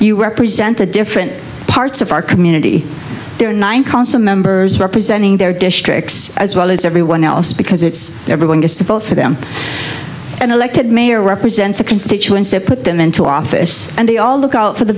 you represent the different parts of our community there are nine councilmen representing their districts as well as everyone else because it's everyone gets to vote for them an elected mayor represents a constituency to put them into office and they all look out for the